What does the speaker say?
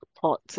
pot